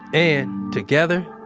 and, together,